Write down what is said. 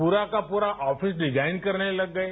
पूरा का पूरा ऑफिस डिजाइन करने लग गए